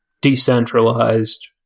decentralized